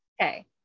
okay